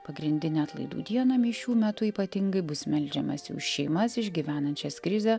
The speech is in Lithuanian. pagrindinę atlaidų dieną mišių metu ypatingai bus meldžiamasi už šeimas išgyvenančias krizę